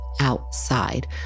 outside